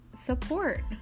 support